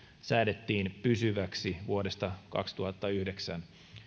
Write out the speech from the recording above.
säädettiin pysyväksi vuodesta kaksituhattayhdeksän